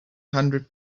hundred